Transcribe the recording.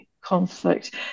conflict